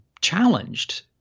challenged